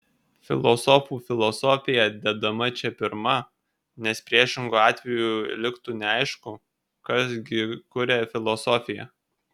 filosofų filosofija dedama čia pirma nes priešingu atveju liktų neaišku kas gi kuria filosofiją